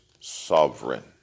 sovereign